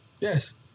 Yes